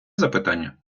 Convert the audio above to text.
запитання